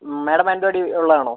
madam Mananthavady ഉള്ളതാണോ